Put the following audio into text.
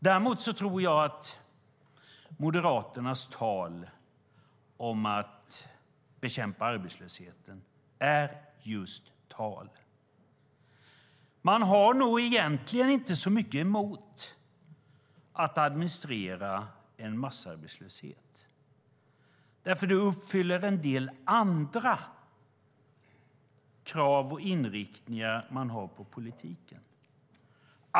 Däremot tror jag att Moderaternas tal om att bekämpa arbetslösheten är just tal. Man har nog egentligen inte så mycket emot att administrera en massarbetslöshet, för det uppfyller en del andra krav och inriktningar man har på politiken.